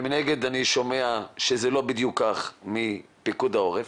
ומנגד אני שומע שזה לא בדיוק כך, מפיקוד העורף,